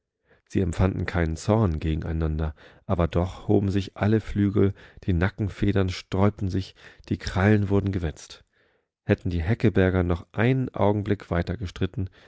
sie empfanden keinen zorn gegeneinander aber doch hoben sich alle flügel die nackenfedern sträubten sich die krallen wurden gewetzt hätten die häckeberger noch einen augenblick